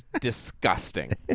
disgusting